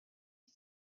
six